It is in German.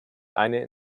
eine